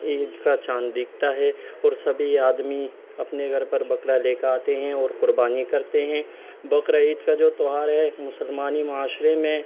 عید کا چاند دکھتا ہے اور سبھی آدمی اپنے گھر پر بکرا لے کے آتے ہیں اور قربانی کرتے ہیں بقرہ عید کا جو تیوہار ہے مسلمانی معاشرے میں